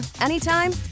anytime